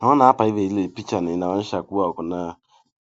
Naona hapa hivi picha inaonyesha kuwa kuna